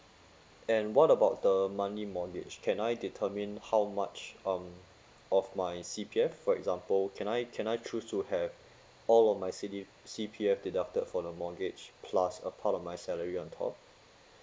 and what about the monthly mortgage can I determined how much um of my C_P_F for example can I can I choose to have all of my C_D C_P_F deducted for the mortgage plus apart of my salary on top